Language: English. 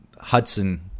Hudson